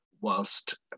whilst